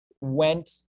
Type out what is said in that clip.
went